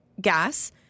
gas